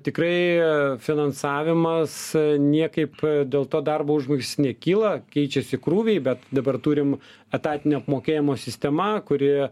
tikrai finansavimas niekaip dėl to darbo užmokestis nekyla keičiasi krūviai bet dabar turim etatinio apmokėjimo sistema kuri